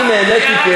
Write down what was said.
אני נהניתי.